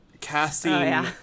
casting